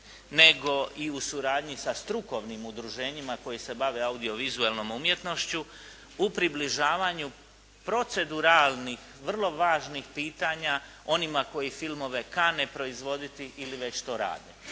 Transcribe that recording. nego i u suradnji sa strukovnim udruženjima koji se bave audiovizualnom umjetnošću u približavanju proceduralnih vrlo važnih pitanja onima koji filmove kane proizvoditi ili već to rade.